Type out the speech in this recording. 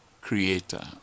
creator